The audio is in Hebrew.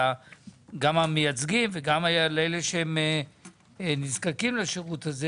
גם על המייצגים וגם על אלה שנזקקים לשירות הזה